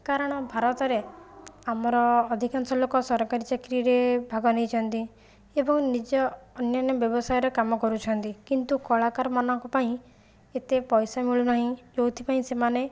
କାରଣ ଭାରତରେ ଆମର ଅଧିକାଂଶ ଲୋକ ସରକାରୀ ଚାକିରିରେ ଭାଗ ନେଇଛନ୍ତି ଏବଂ ନିଜ ଅନ୍ୟାନ୍ୟ ବ୍ୟବସାୟରେ କାମ କରୁଛନ୍ତି କିନ୍ତୁ କଳାକାରମାନଙ୍କ ପାଇଁ ଏତେ ପଇସା ମିଳୁନାହିଁ ଯେଉଁଥିପାଇଁ ସେମାନେ